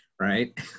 right